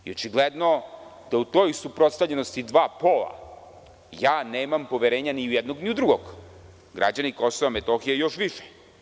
Očigledno da u toj suprotstavljenosti dva pola, ja nemam poverenja ni u jednog ni u drugog, građani KiM još više.